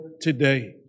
today